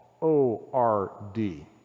o-r-d